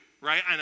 right